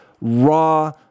raw